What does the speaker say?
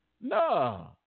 No